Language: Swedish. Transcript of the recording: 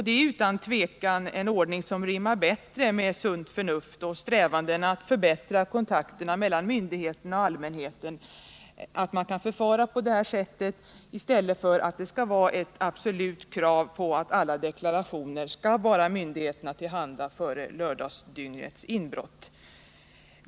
Det är utan tvivel en ordning som rimmar bättre med sunt förnuft och strävandena att förbättra kontakterna mellan myndigheterna och allmänheten att man kan förfara på det här sättet, i stället för att det skall vara ett 95 absolut krav att alla deklarationer skall vara myndigheterna till handa före lördagsdygnets inbrott.